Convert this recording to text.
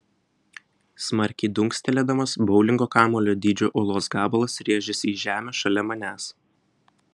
smarkiai dunkstelėdamas boulingo kamuolio dydžio uolos gabalas rėžėsi į žemę šalia manęs